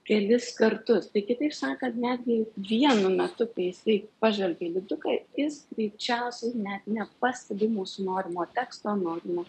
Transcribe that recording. kelis kartus tai kitaip sakant netgi vienu metu kai jisai pažvelgia į lipduką jis greičiausiai net nepastebi mūsų norimo teksto nuo nuo